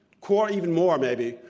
or even more maybe,